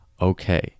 Okay